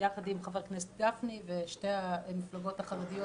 יחד עם חבר הכנסת גפני ושתי המפלגות החרדיות,